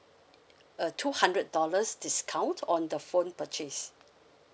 uh two hundred dollars discount on the phone purchase